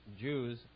Jews